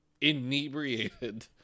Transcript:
inebriated